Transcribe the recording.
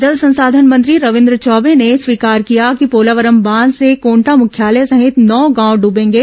जल संसाधन मंत्री रविन्द्र चौबे ने स्वीकार किया कि पोलावरम बांध से कोटा मुख्यालय सहित नौ गांव डुबेंगे